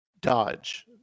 dodge